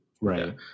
Right